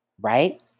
right